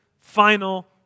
final